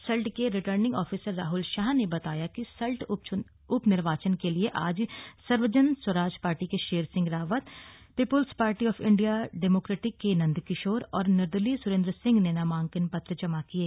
सल्ट के returning officer Rahul Shah ने बताया कि सल्ट उप निर्वाचन के लिए आज सर्वजन स्वराज पार्टी के Sher Singh Rawat people's party of India democratic के नन्द किशोर और निर्दलीय सुरेन्द्र सिंह ने नामाकंन पत्र जमा किये